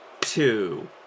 two